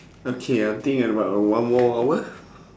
okay I think about one more hour